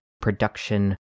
production